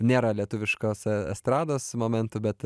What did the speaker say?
nėra lietuviškos estrados momentų bet